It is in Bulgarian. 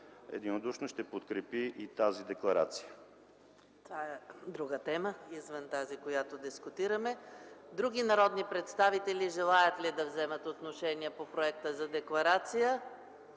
единодушно ще подкрепи и тази декларация. ПРЕДСЕДАТЕЛ ЕКАТЕРИНА МИХАЙЛОВА: Това е друга тема, извън тази, която дискутираме. Други народни представители желаят ли да вземат отношение по Проекта за декларация?